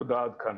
תודה, עד כאן.